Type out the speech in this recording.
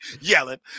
yelling